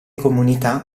comunità